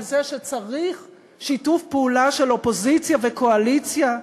זה שצריך שיתוף פעולה של אופוזיציה וקואליציה.